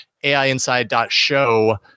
AIinside.show